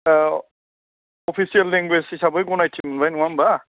औ official language हिसाबै गनायथि मोनबाय नङा होमबा